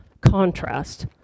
contrast